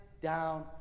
down